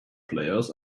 players